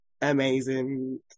Amazing